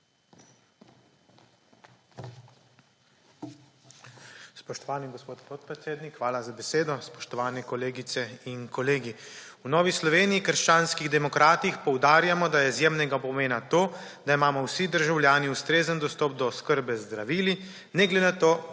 Spoštovani gospod podpredsednik, hvala za besedo. Spoštovane kolegice in kolegi! V Novi Sloveniji - krščanski demokrati poudarjamo, da je izjemnega pomena to, da imamo vsi državljani ustrezen dostop do oskrbe z zdravili, ne glede na to,